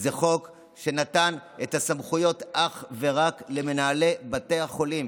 זה חוק שנתן את הסמכויות אך ורק למנהלי בתי החולים.